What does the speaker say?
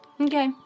Okay